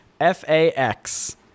F-A-X